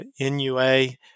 NUA